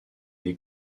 des